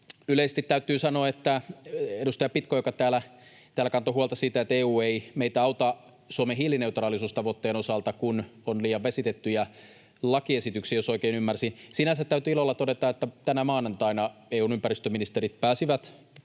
Yleisesti täytyy sanoa, että kun edustaja Pitko täällä kantoi huolta siitä, että EU ei meitä auta Suomen hiilineutraalisuustavoitteen osalta, kun on liian vesitettyjä lakiesityksiä, jos oikein ymmärsin, niin sinänsä täytyy ilolla todeta, että tänä maanantaina EU:n ympäristöministerit pääsivät